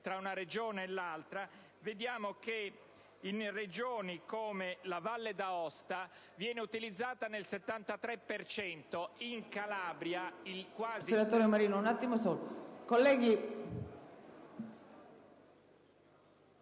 tra una Regione e l'altra, notiamo che in Regioni come la Valle d'Aosta viene utilizzata nel 73 per cento dei casi,